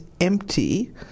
empty